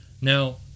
Now